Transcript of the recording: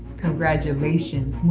congratulations,